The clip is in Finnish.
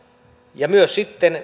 ja myös sitten